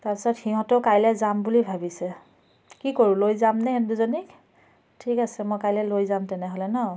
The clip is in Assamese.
তাৰ পিছত সিহঁতেও কাইলৈ যাম বুলি ভাবিছে কি কৰোঁ লৈ যামনে সিহঁত দুজনীক ঠিক আছে মই কাইলৈ লৈ যাম তেনেহ'লে ন